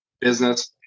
business